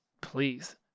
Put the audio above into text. please